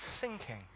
sinking